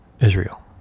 Israel